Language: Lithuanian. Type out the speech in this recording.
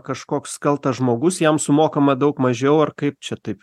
kažkoks kaltas žmogus jam sumokama daug mažiau ar kaip čia taip